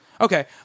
Okay